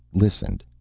listened,